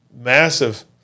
massive